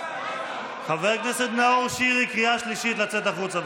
חבר הכנסת נאור שירי, קריאה שלישית, לצאת החוצה,